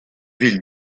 ville